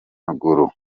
amaguru